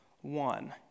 one